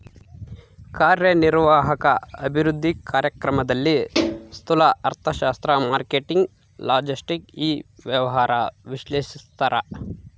ಕಾರ್ಯನಿರ್ವಾಹಕ ಅಭಿವೃದ್ಧಿ ಕಾರ್ಯಕ್ರಮದಲ್ಲಿ ಸ್ತೂಲ ಅರ್ಥಶಾಸ್ತ್ರ ಮಾರ್ಕೆಟಿಂಗ್ ಲಾಜೆಸ್ಟಿಕ್ ಇ ವ್ಯವಹಾರ ವಿಶ್ಲೇಷಿಸ್ತಾರ